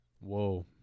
Whoa